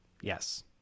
Yes